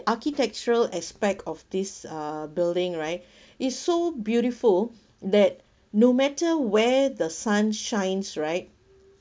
architectural aspect of this uh building right it's so beautiful that no matter where the sun shines right